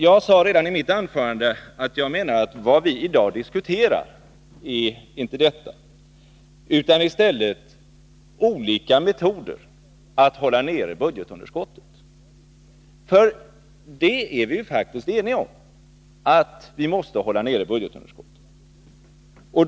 Jag sade redan i mitt första anförande att vad vi i dag diskuterar är inte detta, utan i stället olika metoder att hålla nere budgetunderskottet. Vi är faktiskt eniga om att vi måste hålla nere budgetunderskottet.